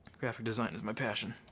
graphic design is my passion.